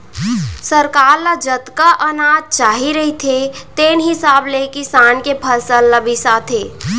सरकार ल जतका अनाज चाही रहिथे तेन हिसाब ले किसान के फसल ल बिसाथे